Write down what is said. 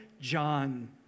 John